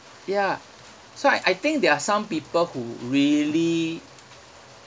ya so I I think there are some people who really